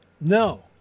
No